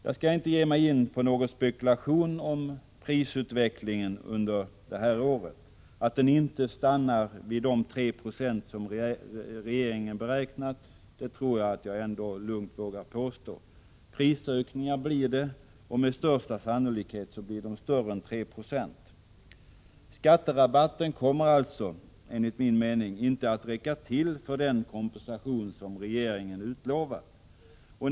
Jag skall inte ge mig in på någon spekulation om prisutvecklingen under det här året. Att den inte stannar vid de 3 96 som regeringen beräknat tror jag att jag ändå lugnt vågar påstå. Prisökningar blir det, och med största sannolikhet blir de större än 3 96. Skatterabatten kommer alltså enligt min mening inte att räcka till för den kompensation som regeringen utlovat.